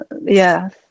yes